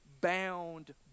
bound